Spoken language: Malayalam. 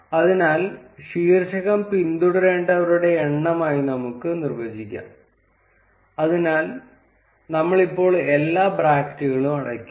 അതിനാൽ ശീർഷകം പിന്തുടരുന്നവരുടെ എണ്ണമായി നമുക്ക് നിർവചിക്കാം അതിനാൽ നമ്മൾ ഇപ്പോൾ എല്ലാ ബ്രാക്കറ്റുകളും അടയ്ക്കും